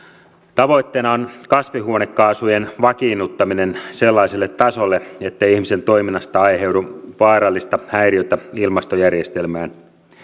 tavoitteena on kasvihuonekaasujen vakiinnuttaminen sellaiselle tasolle ettei ihmisen toiminnasta aiheudu vaarallista häiriötä ilmastojärjestelmään